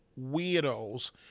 weirdos